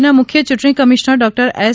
રાજ્યના મુખ્ય ચૂંટણી કમિશનર ડોક્ટર એસ